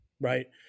right